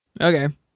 Okay